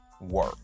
work